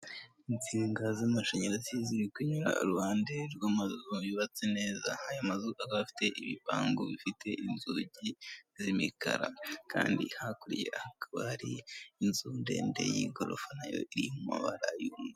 Insinga z'amashanyarazi ziri kunyura iruhande rw'amazu yubatse neza, aya mazu akaba afite ibipangu bifite inzugi z'imikara kandi hakurya hakaba hari inzu ndende y'igorofa na yo iri mu mabara abiri.